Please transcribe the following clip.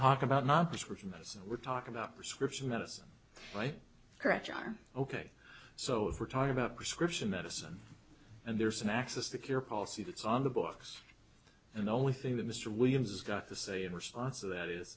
talk about not prescription medicine we're talking about prescription medicine right correct are ok so if we're talking about prescription medicine and there's an access to care policy that's on the books and the only thing that mr williams got to say in response to that is